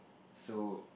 so